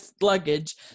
luggage